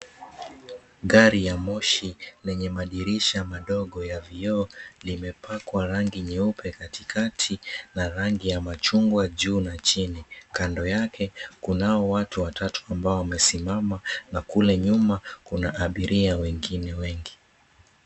Gari ya moshi lenye madirisha madogo ya vioo limepakwa rangi nyeupe katikati na rangi ya mchungwa juu na chini. Kando yake, kunao watu watatu ambao wamesimama na kule nyuma kuna abiria wengine wengi.